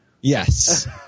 Yes